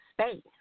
space